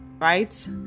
Right